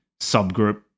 subgroup